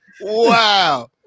Wow